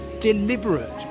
deliberate